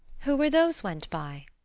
who were those went by?